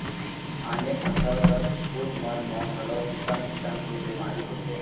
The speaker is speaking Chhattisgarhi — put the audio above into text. आने फसल कस फूल मन म घलौ किसम किसम के बेमारी होथे